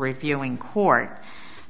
reviewing court